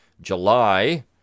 July